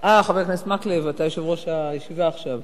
הוא מנהל את הישיבה עכשיו.